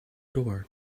door